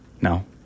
No